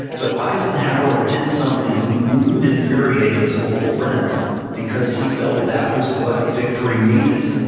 but eisenhower did something he knew would infuriate his old friend because he felt that was what victory needed.